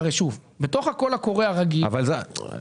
בתוך הקול הקורא הרגיל --- בצלאל,